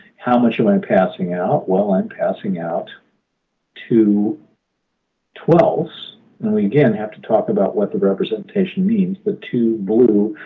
how much am i passing out? well, i'm passing out two twelve and we, again, have to talk about what the representation means. the two blue,